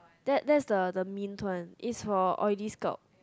that that is the the mint one is for oily scalp